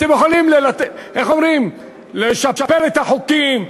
אתם יכולים לשפר את החוקים.